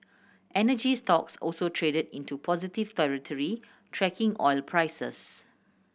energy stocks also traded into positive territory tracking oil prices